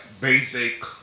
basic